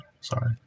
sorry